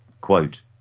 Quote